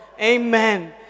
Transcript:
Amen